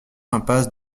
impasse